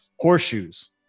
horseshoes